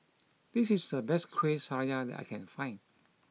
this is the best Kueh Syara that I can find